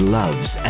loves